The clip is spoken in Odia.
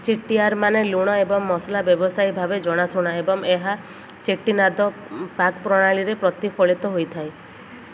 ଚେଟ୍ଟିୟାରମାନେ ଲୁଣ ଏବଂ ମସଲା ବ୍ୟବସାୟୀ ଭାବେ ଜଣାଶୁଣା ଏବଂ ଏହା ଚେଟ୍ଟିନାଦ ପାକପ୍ରଣାଳୀରେ ପ୍ରତିଫଳିତ ହୋଇଥାଏ